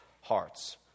hearts